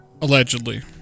Allegedly